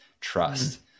trust